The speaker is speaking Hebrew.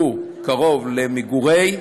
קרוב למקום למגורים,